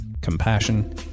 compassion